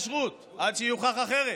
כשרות עד שיוכח אחרת.